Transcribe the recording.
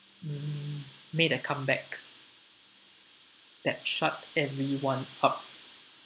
mm made a comeback that shut everyone up